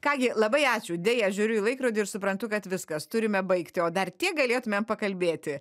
ką gi labai ačiū deja žiūriu į laikrodį ir suprantu kad viskas turime baigti o dar tiek galėtumėm pakalbėti